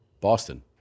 Boston